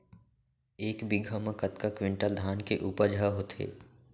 एक बीघा म कतका क्विंटल धान के उपज ह होथे?